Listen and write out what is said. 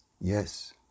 Yes